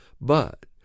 But